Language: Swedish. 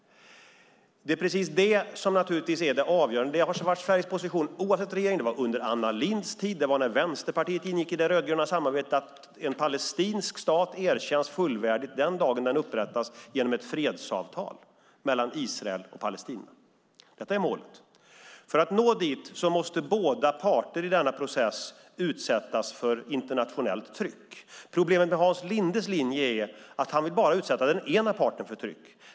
Det är det avgörande. Det har också varit Sveriges position oavsett regering. Under Anna Lindhs tid, när Vänsterpartiet ingick i det rödgröna samarbetet, hävdades att en palestinsk stat erkänns fullvärdigt den dagen den upprättas genom ett fredsavtal mellan Israel och Palestina. Detta är målet. För att nå målet måste båda parter i denna process utsättas för internationellt tryck. Problemet med Hans Lindes linje är att han vill bara utsätta den ena parten för tryck.